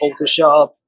Photoshop